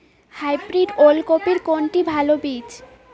Hybrid ওল কপির কোনটি ভালো বীজ?